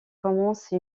commence